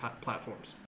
platforms